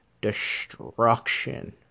destruction